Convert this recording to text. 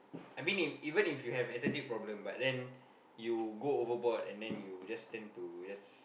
I mean if even if you have attitude problem but then you go overboard and then you just tend to just